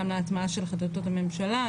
גם להטמעה בתוך הממשלה,